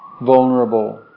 vulnerable